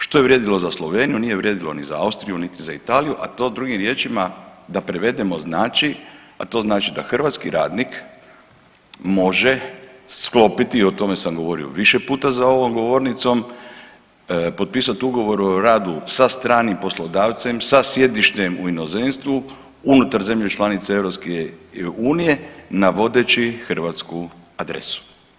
Što je vrijedilo za Sloveniju, nije vrijedilo niti za Austriju, niti za Italiju, a to drugim riječima da prevedemo znači, a to znači da hrvatski radnik može sklopiti i o tome sam govorio više puta za ovom govornicom, potpisati ugovor o radu sa stranim poslodavcem sa sjedištem u inozemstvu unutar zemlje članice EU navodeći hrvatsku adresu.